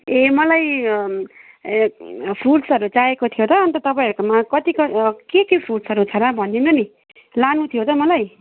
ए मलाई फ्रुट्सहरू चाहिएको थियो त अन्त तपाईँहरूकोमा कतिको के के फ्रुट्सहरू छ होला भनिदिनु नि लानु थियो त मलाई